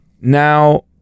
Now